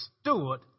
steward